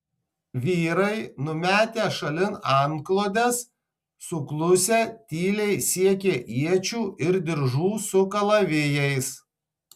vyrai numetę šalin antklodes suklusę tyliai siekė iečių ir diržų su kalavijais